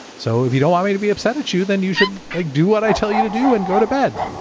so if you don't want me to be upset at you, then you should like do what i tell you to do and go to bed.